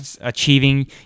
achieving